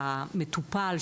שהמטופל,